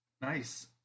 Nice